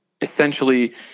essentially